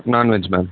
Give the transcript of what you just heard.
non veg ma'am